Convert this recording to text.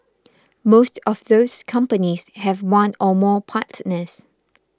most of those companies have one or more partners